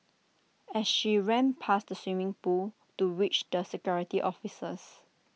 as she ran past the swimming pool to reach the security officers